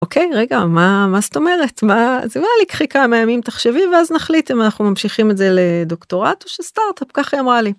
אוקיי רגע מה מה זאת אומרת מה זה לקחי כמה ימים תחשבי ואז נחליט אם אנחנו ממשיכים את זה לדוקטורט או שסטארט אפ ככה היא אמרה לי.